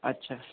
اچھا